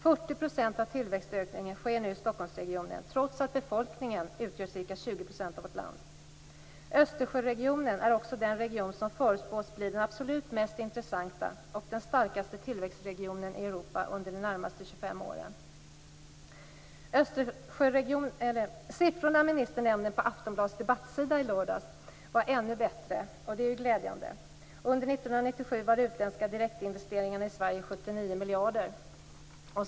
40 % av tillväxtökningen sker i Stockholmsregionen trots att befolkningen utgör ca 20 % av folkmängden i vårt land. Östersjöregionen är också den region som förutspås bli den absolut mest intressanta och den starkaste tillväxtregionen i Europa inom de närmaste 25 åren. Siffrorna ministern nämner på Aftonbladets debattsida i lördags var ännu bättre, och det är glädjande. Under 1997 var utländska direktinvesteringar i Sverige 79 miljarder.